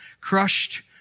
crushed